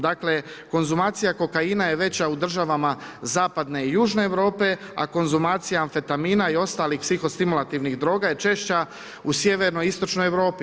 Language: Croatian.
Dakle konzumacija kokaina je veća u državama Zapadne i Južne Europe, a konzumacija amfetamina i ostalih psiho stimulativnih droga je češća u Sjevernoj i Istočnoj Europi.